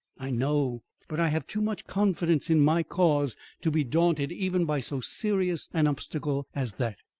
i know but i have too much confidence in my cause to be daunted even by so serious an obstacle as that.